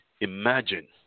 Imagine